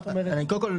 קודם כל,